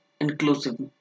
inclusive